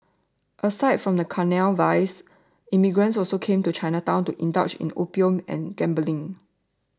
aside from carnal vice immigrants also came to Chinatown to indulge in opium and gambling